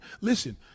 Listen